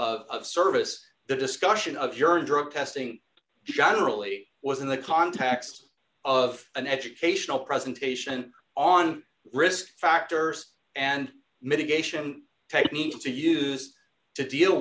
of service the discussion of urine drug testing generally was in the context of an educational presentation on risk factors and mitigation techniques to use to deal